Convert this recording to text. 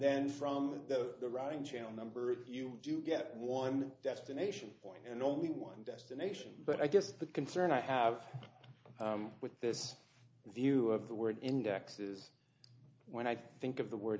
then from the right channel number you do get one destination point and only one destination but i guess the concern i have with this view of the word indexes when i think of the word